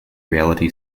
reality